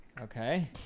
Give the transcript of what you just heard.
Okay